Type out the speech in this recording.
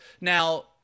Now